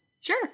Sure